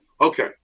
Okay